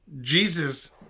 Jesus